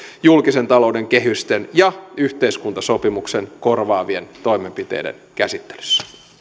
julkisen talouden kehysten ja yhteiskuntasopimuksen korvaavien toimenpiteiden käsittelyssä